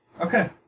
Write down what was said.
Okay